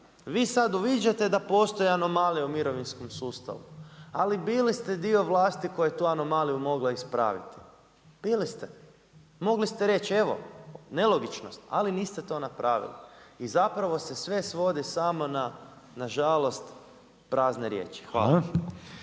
vi sad uviđate da postoje anomalije u mirovinskom sustavu. Ali bili ste dio vlasti koji je tu anomaliju mogla ispraviti, bili ste. Mogli ste reći, nelogičnost, ali niste to napravili. I zapravo se sve svodi samo na nažalost prazne riječi. Hvala.